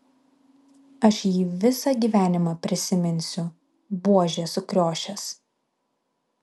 aš jį visą gyvenimą prisiminsiu buožė sukriošęs